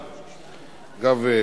אגב,